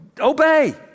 obey